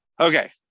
Okay